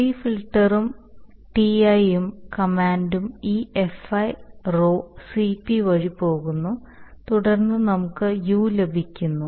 pre ഫിൽട്ടറും Ti ഉം command ഉം ഈ Fi Rho CP വഴി പോകുന്നു തുടർന്ന് നമുക്ക് u ലഭിക്കുന്നു